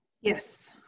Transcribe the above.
Yes